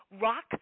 rock